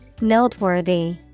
Noteworthy